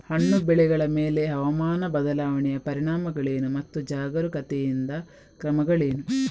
ಹಣ್ಣು ಬೆಳೆಗಳ ಮೇಲೆ ಹವಾಮಾನ ಬದಲಾವಣೆಯ ಪರಿಣಾಮಗಳೇನು ಮತ್ತು ಜಾಗರೂಕತೆಯಿಂದ ಕ್ರಮಗಳೇನು?